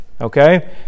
Okay